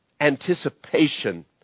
anticipation